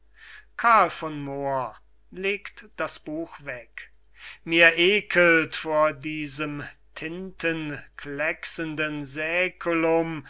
v moor legt das buch weg mir eckelt vor diesem tintenkleksenden